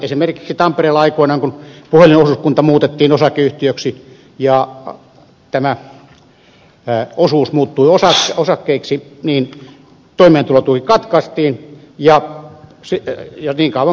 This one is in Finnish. esimerkiksi tampereella aikoinaan kun puhelinosuuskunta muutettiin osakeyhtiöksi ja tämä osuus muuttui osakkeiksi niin toimeentulotuki katkaistiin ja siitä jo niin kauan